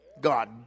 God